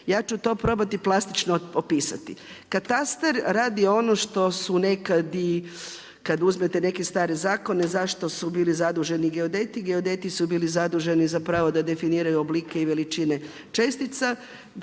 Ja ću to probati plastično opisati. Katastar radi ono što su nekad i kada uzmete neke stare zakone zašto su bili zaduženi geodeti, geodeti su bili zaduženi zapravo da definiraju oblike i veličine čestice.